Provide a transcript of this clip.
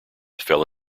fell